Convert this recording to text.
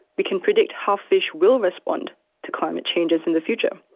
we can predict how fish will respond to climate changes in the future.